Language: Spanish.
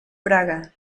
praga